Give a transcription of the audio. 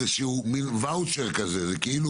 לתת מין ואוצ'ר כזה --- לא,